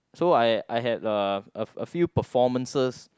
so I I had a a a few performances